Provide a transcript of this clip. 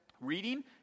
reading